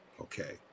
Okay